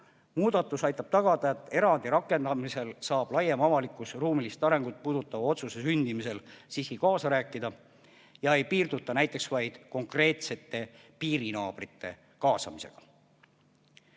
Muudatus aitab tagada, et erandi rakendamisel saab laiem avalikkus ruumilist arengut puudutava otsuse sündimisel siiski kaasa rääkida ega piirduta näiteks vaid konkreetsete piirinaabrite kaasamisega.